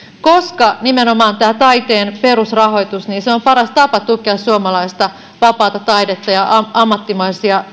koska nimenomaan taiteen perusrahoitus on paras tapa tukea suomalaista vapaata taidetta ja ammattimaisia